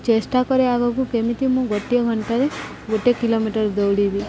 ଚେଷ୍ଟା କରେ ଆଗକୁ କେମିତି ମୁଁ ଗୋଟିଏ ଘଣ୍ଟାରେ ଗୋଟେ କିଲୋମିଟର ଦୌଡ଼ିବି